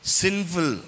sinful